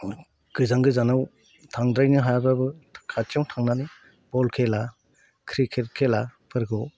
गोजान गोजानआव थांद्रायनो हायाबाबो खाथियाव थांनानै बल खेला क्रिकेट खेलाफोरखौ